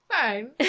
fine